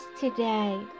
today